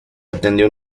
atendió